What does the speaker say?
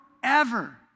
forever